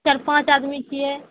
चारि पाँच आदमी छियै